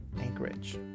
Anchorage